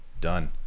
done